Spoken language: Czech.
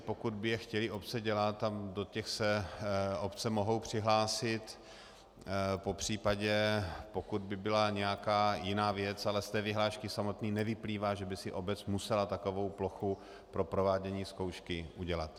Pokud by je chtěly obce dělat, do těch se obce mohou přihlásit, popř. pokud by byla nějaká jiná věc, ale ze samotné vyhlášky nevyplývá, že by si obec musela takovou plochu pro provádění zkoušky udělat.